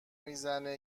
میزنه